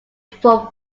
from